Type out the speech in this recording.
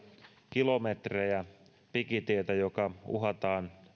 kilometrejä pikitietä uhataan